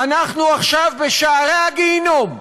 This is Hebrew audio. אנחנו עכשיו בשערי הגיהינום.